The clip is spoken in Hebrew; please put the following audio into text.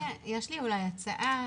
יש לי אולי הצעה.